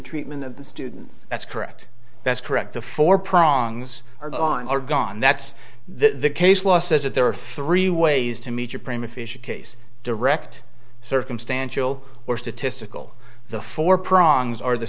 treatment of the student that's correct that's correct the four pronged are gone are gone that's the case law says that there are three ways to meet a prima facia case direct circumstantial or statistical the four prongs or the